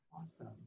Awesome